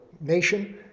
nation